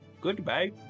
Goodbye